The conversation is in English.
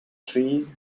trees